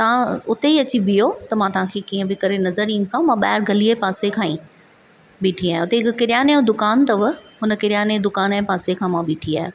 तव्हां उते ई अची बीहो त मां तव्हां खे कीअं बि करे नज़रु ईंदीसांव मां ॿाहिरि गलीअ जे पासे खां ई बीठी आहियां उते हिकु किरियाने जो दुकानु अथव उन किरियाने ई दुकान जे पासे खां मां बीठी आहियां